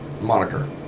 moniker